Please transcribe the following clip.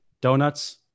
donuts